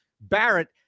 Barrett